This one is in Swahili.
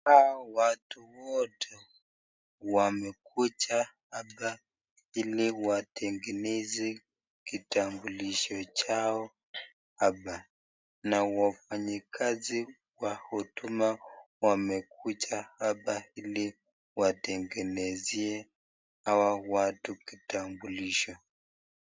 Hawa watu wote wamekuja hapa ili watengeneze kitambulisho chao hapa, na wafanyikazi wa huduma wamekuja hapa ili watengenezee hawa watu kitambulisho.